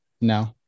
No